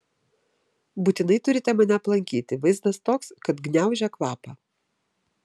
būtinai turite mane aplankyti vaizdas toks kad gniaužia kvapą